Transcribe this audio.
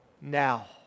now